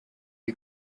you